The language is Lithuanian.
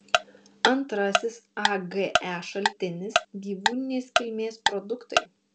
antrasis age šaltinis gyvūninės kilmės produktai